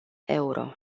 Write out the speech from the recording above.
euro